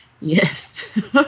Yes